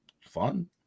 fun